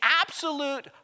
absolute